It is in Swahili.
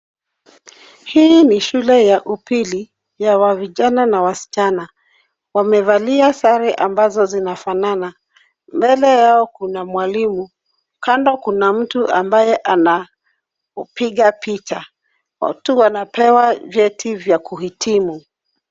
Hii ni shule ya upili ya vijana na wasichana. Wamevalia sare ambazo zinafanana. Mbele yao kuna mwalimu. Kando kuna mtu ambaye anapiga picha. Watu wanapewa vyeti vya kuhitimu.